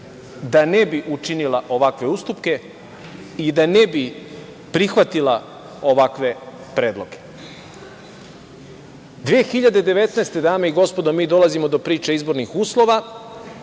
da ne bi učinila ovakve ustupke i da ne bi prihvatila ovakve predloge. Dame i gospodo, 2019. godine mi dolazimo do priče izbornih uslova.